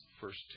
first